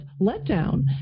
letdown